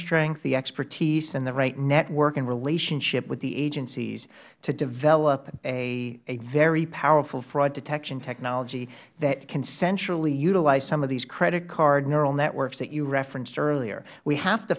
strength the expertise and the right network and relationship with the agencies to develop a very powerful fraud detection technology that can centrally utilize some of these credit card neuro networks that you referenced earlier we have to